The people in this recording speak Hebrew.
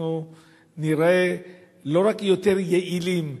אנחנו ניראה לא רק יותר יעילים,